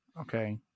Okay